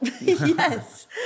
Yes